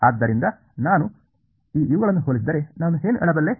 ಆದ್ದರಿಂದ ನಾನು ಈ ಇವುಗಳನ್ನು ಹೋಲಿಸಿದರೆ ನಾನು ಏನು ಹೇಳಬಲ್ಲೆ